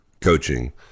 coaching